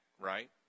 right